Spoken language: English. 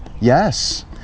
Yes